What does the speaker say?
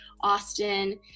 Austin